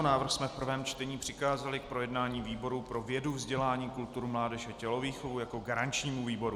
Návrh jsme v prvém čtení přikázali k projednání výboru pro vědu, vzdělání, kulturu, mládež a tělovýchovu jako garančnímu výboru.